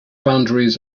boundaries